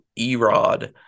Erod